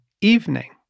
evening